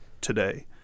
today